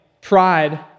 pride